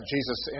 Jesus